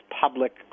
public